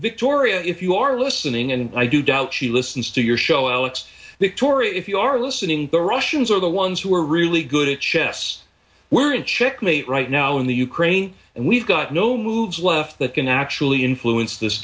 victoria if you are listening and i do doubt she listens to your show alex victoria if you are listening the russians are the ones who are really good at chess we're in chick mate right now in the ukraine and we've got no moves left that can actually influence this